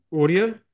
audio